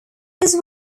his